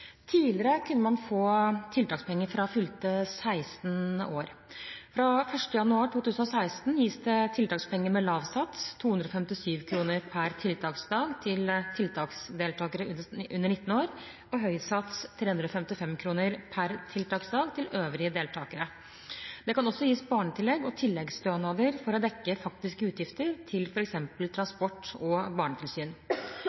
Tidligere kunne man få tiltakspenger fra fylte 16 år. Fra 1. januar 2016 gis det tiltakspenger med lav sats – 257 kr per tiltaksdag – til tiltaksdeltakere under 19 år, og høy sats – 355 kr per tiltaksdag – til øvrige deltakere. Det kan også gis barnetillegg og tilleggsstønader for å dekke faktiske utgifter til